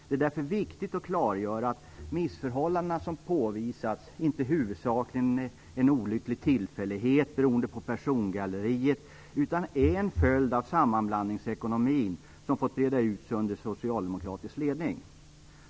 Det är därför viktigt att klargöra att de missförhållanden som påvisats inte huvudsakligen är en olycklig tillfällighet beroende på persongalleriet utan en följd av den sammanblandningsekonomi som fått breda ut sig under socialdemokratisk ledning.